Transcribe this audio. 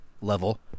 level